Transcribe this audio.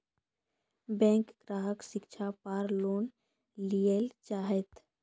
Bank ग्राहक शिक्षा पार लोन लियेल चाहे ते?